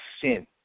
sin